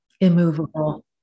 immovable